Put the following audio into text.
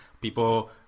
people